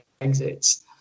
exits